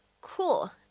cool